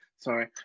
Sorry